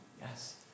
Yes